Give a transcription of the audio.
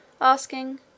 asking